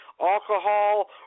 alcohol